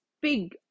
big